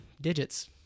digits